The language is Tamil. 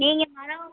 நீங்கள் மரம்